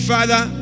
Father